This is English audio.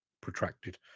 protracted